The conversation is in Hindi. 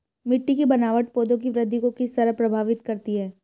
मिटटी की बनावट पौधों की वृद्धि को किस तरह प्रभावित करती है?